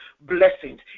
blessings